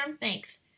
thanks